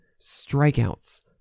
strikeouts